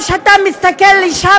כי כל פעם שאתה מסתכל לשם,